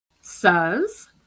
says